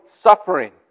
suffering